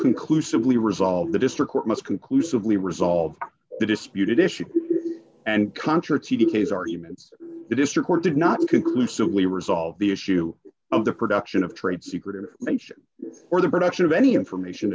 conclusively resolve the district court must conclusively resolve the disputed issue and contra tedy case arguments the district court did not conclusively resolve the issue of the production of trade secret information or the production of any information